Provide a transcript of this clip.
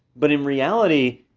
but in reality,